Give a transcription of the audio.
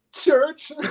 church